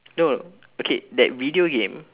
no okay that video game